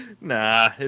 Nah